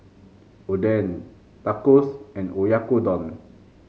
Oden Tacos and Oyakodon